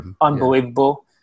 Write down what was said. unbelievable